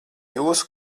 jūsu